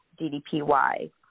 DDPY